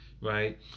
Right